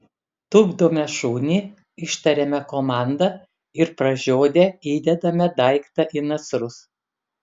tupdome šunį ištariame komandą ir pražiodę įdedame daiktą į nasrus